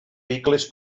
vehicles